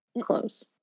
close